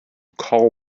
call